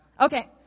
Okay